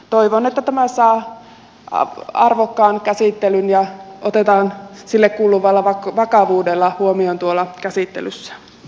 toivon että tämä saa arvokkaan käsittelyn ja otetaan sille kuuluvalla vakavuudella huomioon tuolla käsittelyssä